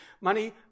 Money